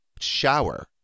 shower